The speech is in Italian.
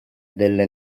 delle